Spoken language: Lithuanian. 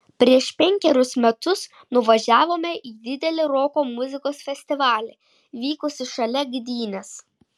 prieš penkerius metus nuvažiavome į didelį roko muzikos festivalį vykusį šalia gdynės